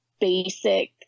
basic